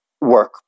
work